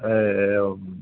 ए एवं